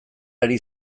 ari